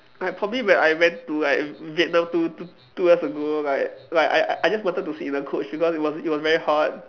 like probably when I went to like Vietnam two t~ two years ago like like I I just wanted to sit in the coach because it was it was very hot